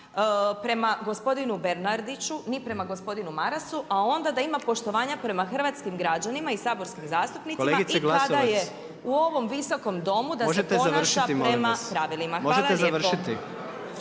prema gospodinu Bernardiću ni prema gospodinu Marasu a onda da ima poštovanja prema hrvatskim građanima i saborskim zastupnicima i kada se u ovom … …/Upadica predsjednik: Kolegice